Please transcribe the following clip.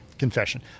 confession